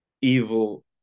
evil